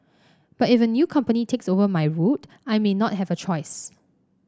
but if a new company takes over my route I may not have a choice